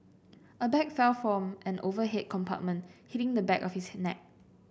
a bag fell from an overhead compartment hitting the back of his neck